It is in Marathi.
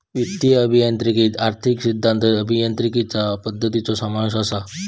वित्तीय अभियांत्रिकीत आर्थिक सिद्धांत, अभियांत्रिकीचा पद्धतींचो समावेश असा